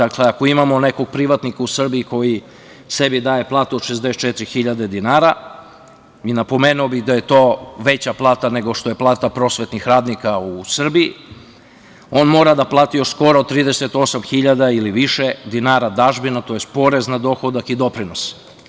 Ako imamo nekog privatnika u Srbiji koji sebi daje platu od 64 hiljade dinara i napomenuo bih da je to veća plata nego što je plata prosvetnih radnika u Srbiji, on mora da plati od skoro 38 hiljada ili više dinara dažbina, tj. porez na dohodak i doprinose.